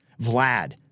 Vlad